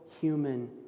human